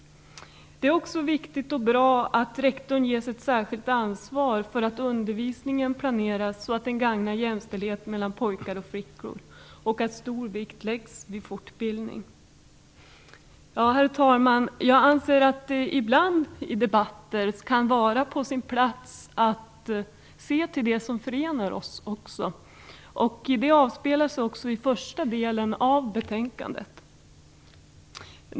Det är också viktigt och bra att rektorn ges ett ansvar för att undervisningen planeras så att den gagnar jämställdhet mellan pojkar och flickor och att stor vikt läggs vid fortbildning. Herr talman! Jag anser att det ibland i debatter kan vara på sin plats att också se till det som förenar oss. Det avspeglas också i första delen av betänkandet.